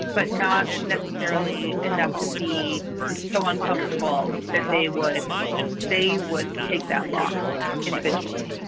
but not necessarily enough to be so uncomfortable that they would they would take that loss individually.